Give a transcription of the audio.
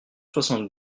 soixante